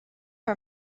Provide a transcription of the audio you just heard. her